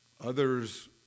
Others